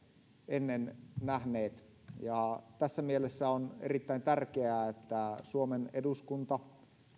ennen nähneet ja tässä mielessä on erittäin tärkeää että suomen eduskunta